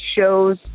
shows